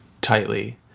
tightly